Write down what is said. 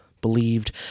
believed